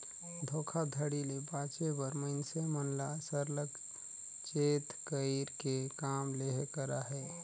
धोखाघड़ी ले बाचे बर मइनसे मन ल सरलग चेत कइर के काम लेहे कर अहे